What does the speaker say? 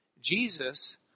Jesus